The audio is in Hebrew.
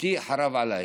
ביתי חרב עליי.